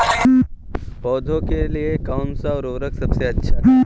पौधों के लिए कौन सा उर्वरक सबसे अच्छा है?